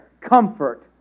comfort